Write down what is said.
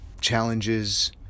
challenges